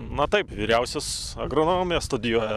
na taip vyriausias agronomiją studijuoja